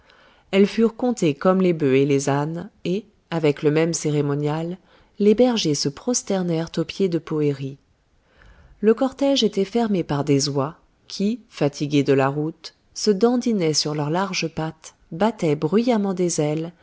elles furent comptées comme les bœufs et les ânes et avec le même cérémonial les bergers se prosternèrent aux pieds de poëri le cortège était fermé par des oies qui fatiguées de la route se dandinaient sur leurs larges pattes battaient bruyamment des ailes